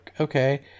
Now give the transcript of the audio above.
okay